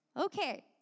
Okay